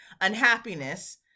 unhappiness